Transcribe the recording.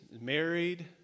married